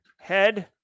head